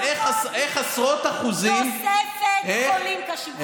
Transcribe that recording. אז איך עשרות אחוזים, תוספת חולים קשים.